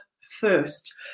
first